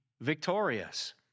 victorious